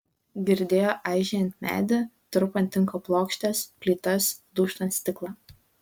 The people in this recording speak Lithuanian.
girdėjo aižėjant medį trupant tinko plokštes plytas dūžtant stiklą